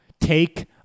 take